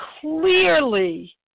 clearly